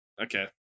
Okay